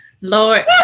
Lord